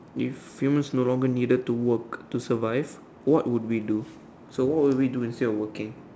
if humans no longer need to work to survive what would we do so what would we do instead of working